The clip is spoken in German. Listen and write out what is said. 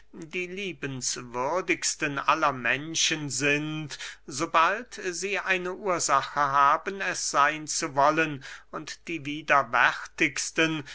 die liebenswürdigsten aller menschen sind sobald sie eine ursache haben es seyn zu wollen und die widerwärtigsten